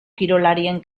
kirolarien